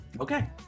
Okay